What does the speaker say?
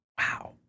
Wow